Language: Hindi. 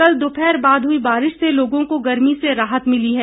कल दोपहर बाद हुई बारिश से लोगों को गर्मी से राहत मिली है